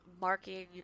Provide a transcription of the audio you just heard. marking